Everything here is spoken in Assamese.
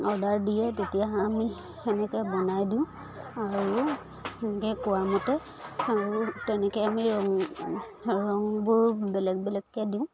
অৰ্ডাৰ দিয়ে তেতিয়া আমি সেনেকৈ বনাই দিওঁ আৰু সেনেকৈ কোৱা মতে আৰু তেনেকৈ আমি ৰং ৰংবোৰ বেলেগ বেলেগকৈ দিওঁ